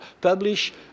publish